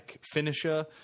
finisher